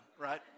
right